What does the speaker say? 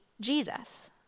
Jesus